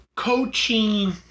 Coaching